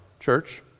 church